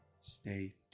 Stay